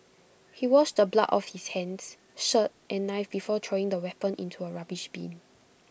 he washed the blood off his hands shirt and knife before throwing the weapon into A rubbish bin